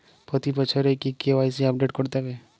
প্রতি বছরই কি কে.ওয়াই.সি আপডেট করতে হবে?